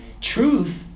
Truth